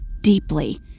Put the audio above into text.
deeply